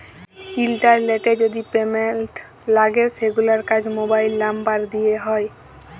ইলটারলেটে যদি পেমেল্ট লাগে সেগুলার কাজ মোবাইল লামবার দ্যিয়ে হয়